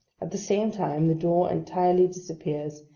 at the same time the door entirely disappears,